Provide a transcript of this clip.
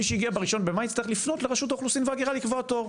מי שהגיע ב-1.5 יצטרך לפנות לרשות האוכלוסין וההגירה לקבוע תור.